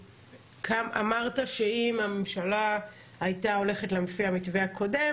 אמרת שאם הממשלה הייתה הולכת לפי המתווה הקודם